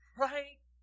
right